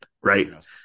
Right